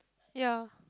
ye